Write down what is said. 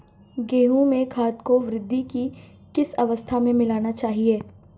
गेहूँ में खाद को वृद्धि की किस अवस्था में मिलाना चाहिए?